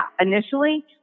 initially